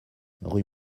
rue